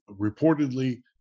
reportedly